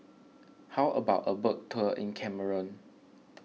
how about a boat tour in Cameroon